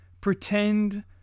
pretend